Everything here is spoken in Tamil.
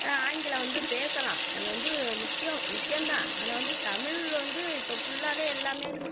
ஆங்கிலம் வந்து பேசலாம் அது வந்து முக்கியம் முக்கியம் தான் ஆனால் வந்து தமிழ் வந்து இப்போ ஃபுல்லாவே எல்லாமே